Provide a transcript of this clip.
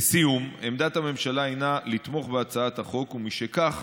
לסיום, עמדת הממשלה הינה לתמוך בהצעת החוק, ומשכך,